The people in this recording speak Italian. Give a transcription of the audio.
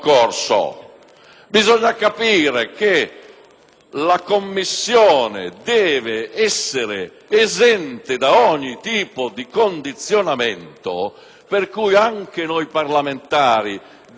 Bisogna capire che la commissione deve essere esente da ogni tipo di condizionamento, per cui anche noi parlamentari dobbiamo